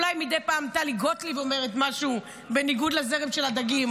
אולי מדי פעם טלי גוטליב אומרת משהו בניגוד לזרם של הדגים.